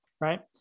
right